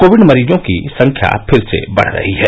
Covid मरीजों की संख्या फिर से बढ़ रही है